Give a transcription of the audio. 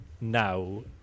now